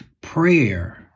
prayer